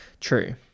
True